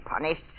punished